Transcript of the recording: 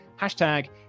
Hashtag